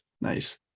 nice